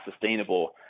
sustainable